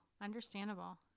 understandable